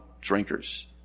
drinkers